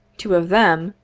two of them,